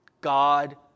God